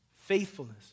faithfulness